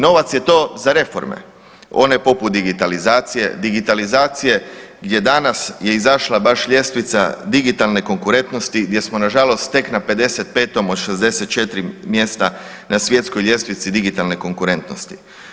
Novac je to za reforme one poput digitalizacije, digitalizacije gdje danas je izašla baš ljestvica digitalne konkurentnosti gdje smo nažalost tek na 55. od 64 mjesta na svjetskoj ljestvici digitalne konkurentnosti.